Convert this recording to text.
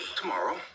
tomorrow